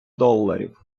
доларів